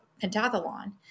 pentathlon